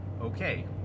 okay